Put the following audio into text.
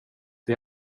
det